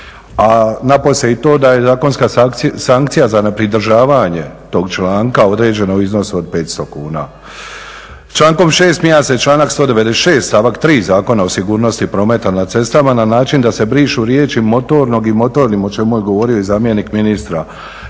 a napose i to da je zakonska sankcija za nepridržavanje tog članka određeno u iznosu od 500 kn. Člankom 6. mijenja se članak 196. stavak 3. Zakona o sigurnosti prometa na cestama na način da se brišu riječi motornog i motornim, o čemu je govorio i zamjenik ministra.